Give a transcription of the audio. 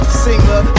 singer